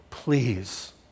Please